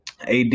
AD